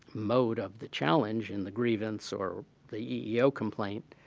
mode of the challenge and the grievance or the eeo complaint,